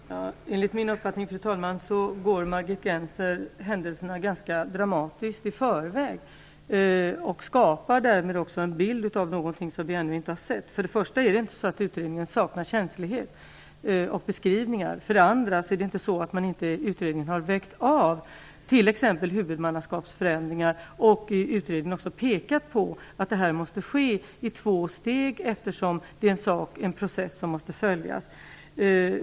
Fru talman! Enligt min uppfattning går Margit Gennser händelserna ganska dramatiskt i förväg och skapar därmed också en bild av någonting som vi ännu inte har sett. För det första är det inte så att utredningen saknar känslighet och beskrivningar. För det andra är det inte så att man i utredningen inte har vägt av t.ex. huvudmannaskapsförändringar. Man har i utredningen pekat på att förändringen måste ske i två steg i en process som måste genomgås.